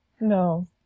no